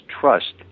trust